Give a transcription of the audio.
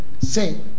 say